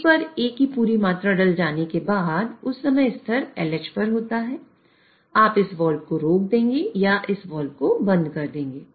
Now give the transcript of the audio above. एक बार A की पूरी मात्रा डल जाने के बाद उस समय स्तर LH पर होता है आप इस वाल्व को रोक देंगे या इस वाल्व को बंद कर देंगे